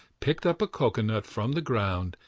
picked up a cocoanut from the ground,